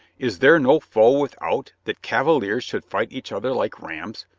is there no foe without, that cavaliers should fight each other like rams?